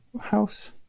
house